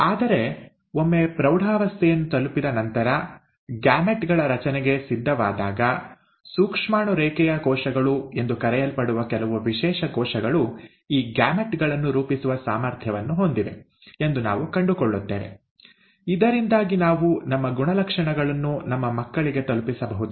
ಆದರೆ ಒಮ್ಮೆ ಪ್ರೌಢಾವಸ್ಥೆಯನ್ನು ತಲುಪಿದ ನಂತರ ಗ್ಯಾಮೆಟ್ ಗಳ ರಚನೆಗೆ ಸಿದ್ಧವಾದಾಗ ಸೂಕ್ಷ್ಮಾಣು ರೇಖೆಯ ಕೋಶಗಳು ಎಂದು ಕರೆಯಲ್ಪಡುವ ಕೆಲವು ವಿಶೇಷ ಕೋಶಗಳು ಈ ಗ್ಯಾಮೆಟ್ ಗಳನ್ನು ರೂಪಿಸುವ ಸಾಮರ್ಥ್ಯವನ್ನು ಹೊಂದಿವೆ ಎಂದು ನಾವು ಕಂಡುಕೊಳ್ಳತ್ತೇವೆ ಇದರಿಂದಾಗಿ ನಾವು ನಮ್ಮ ಗುಣಲಕ್ಷಣಗಳನ್ನು ನಮ್ಮ ಮಕ್ಕಳಿಗೆ ತಲುಪಿಸಬಹುದು